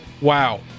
Wow